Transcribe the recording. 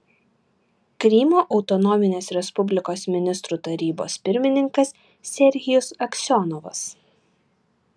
krymo autonominės respublikos ministrų tarybos pirmininkas serhijus aksionovas